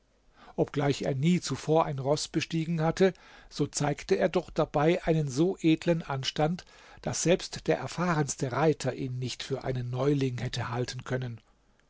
obgleich er nie zuvor ein roß bestiegen hatte so zeigte er doch dabei einen so edlen anstand daß selbst der erfahrenste reiter ihn nicht für einen neuling hätte halten können